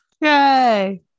Yay